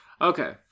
Okay